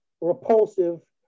repulsive